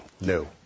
No